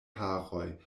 haroj